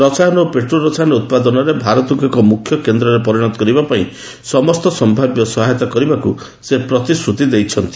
ରସାୟନ ଓ ପେଟ୍ରୋ ରସାୟନ ଉତ୍ପାଦନରେ ଭାରତକ୍ତ ଏକ ମ୍ରଖ୍ୟ କେନ୍ଦ୍ରରେ ପରିଣତ କରିବା ପାଇଁ ସମସ୍ତ ସମ୍ଭାବ୍ୟ ସହାୟତା କରିବାକୃ ସେ ପ୍ରତିଶ୍ରତି ଦେଇଛନ୍ତି